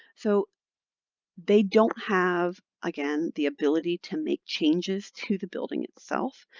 so they don't have, again, the ability to make changes to the building itself.